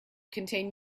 contain